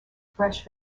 fresh